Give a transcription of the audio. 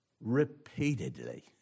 repeatedly